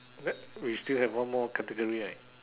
that we still have one more category right